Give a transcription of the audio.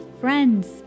friends